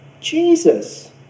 Jesus